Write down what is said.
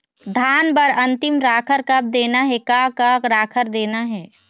धान बर अन्तिम राखर कब देना हे, का का राखर देना हे?